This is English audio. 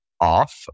off